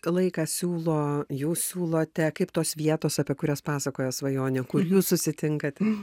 laiką siūlo jūs siūlote kaip tos vietos apie kurias pasakoja svajonė kur jūs susitinkate